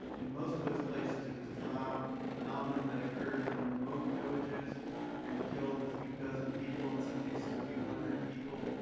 in most of those places, it was a phenomenon um phenomenon that occurred in remote villages and killed a few dozen people, in some cases a few hundred people,